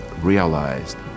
realized